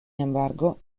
embargo